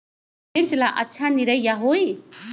मिर्च ला अच्छा निरैया होई?